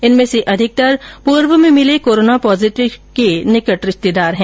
इनमें से अधिकतर पूर्व में मिले कोरोना पॉजीटिव के निकट रिश्तेदार है